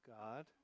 God